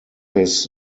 his